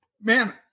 man